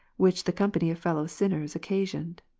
which the com pany of fellow sinners occasioned.